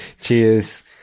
Cheers